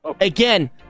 again